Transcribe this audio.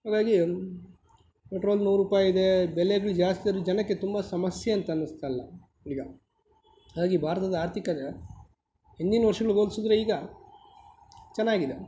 ಹಾಗಾಗಿ ಪೆಟ್ರೋಲ್ ನೂರು ರೂಪಾಯಿ ಇದೆ ಬೆಲೆಗಳು ಜಾಸ್ತಿ ಇದ್ದರೆ ಜನಕ್ಕೆ ತುಂಬ ಸಮಸ್ಯೆ ಅಂತ ಅನಿಸ್ತಾಯಿಲ್ಲ ಈಗ ಹಾಗಾಗಿ ಭಾರತದ ಆರ್ಥಿಕತೆ ಹಿಂದಿನ ವರ್ಷಗಳಿಗೆ ಹೋಲಿಸಿದರೆ ಈಗ ಚೆನ್ನಾಗಿದೆ